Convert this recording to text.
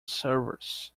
service